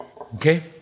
okay